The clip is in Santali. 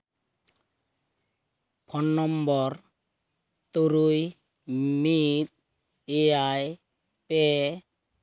ᱯᱷᱳᱱ ᱱᱚᱢᱵᱚᱨ ᱛᱩᱨᱩᱭ ᱢᱤᱫ ᱮᱭᱟᱭ ᱯᱮ